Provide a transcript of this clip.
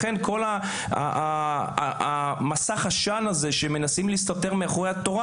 לכן כל מסך העשן הזה שמנסים להסתתר מאחורי התורה